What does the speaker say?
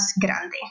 grande